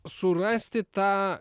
surasti tą